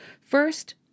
First